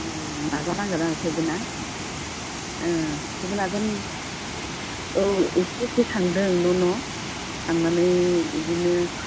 नाजानांगोन आरो थेवबो ना ओ थेवबो नाजा औ एसे एसे थांदों न' न' थांनानै इदिनो